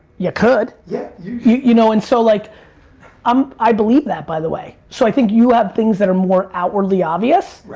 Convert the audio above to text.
you could. yeah you know, and so, like um i believe that by the way. so, i think you have things that are more outwardly obvious,